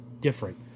different